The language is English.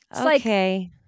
Okay